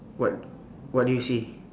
what what do you see